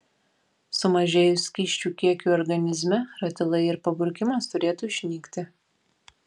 sumažėjus skysčių kiekiui organizme ratilai ir paburkimas turėtų išnykti